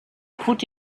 put